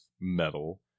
metal